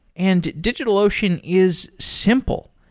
and digitalocean is simple.